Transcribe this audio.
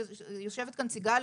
יושבת כאן סיגל,